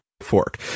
fork